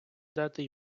дати